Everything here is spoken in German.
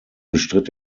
bestritt